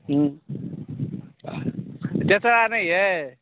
चेचरा नहि अइ